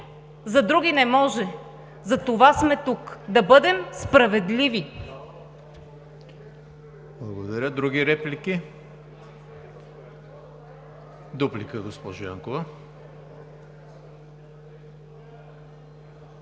за други – не може. Затова сме тук – да бъдем справедливи!